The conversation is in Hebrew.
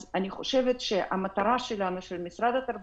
אני חושבת שהמטרה של משרד התרבות,